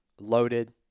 loaded